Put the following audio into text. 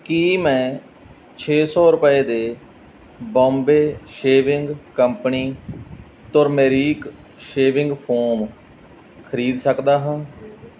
ਕੀ ਮੈਂ ਛੇ ਸੌ ਰੁਪਏ ਦੇ Bombay shaving company turmeric shaving foam ਖਰੀਦ ਸਕਦਾ ਹਾਂ